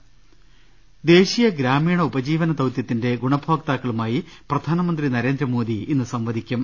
ള്ള ൽ ദേശീയ ഗ്രാമീണ ഉപജീവന ദൌതൃത്തിന്റെ ഗുണഭോക്താക്കളു മായി പ്രധാനമന്ത്രി നരേന്ദ്രമോദി ഇന്ന് സംവദിക്കും